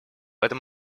этом